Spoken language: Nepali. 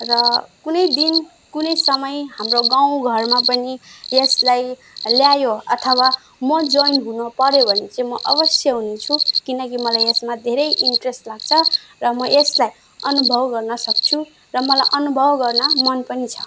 र कुनै दिन कुनै समय हाम्रो गाउँघरमा पनि यसलाई ल्यायो अथवा म जोइन हुनपऱ्यो भने चाहिँ म अवश्य हुन्छु किनकि मलाई यसमा धेरै इन्ट्रेस्ट लाग्छ र म यसलाई अनुभव गर्न सक्छु र मलाई अनुभव गर्न मन पनि छ